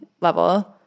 level